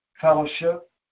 fellowship